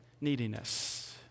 neediness